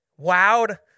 wowed